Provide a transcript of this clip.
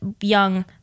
young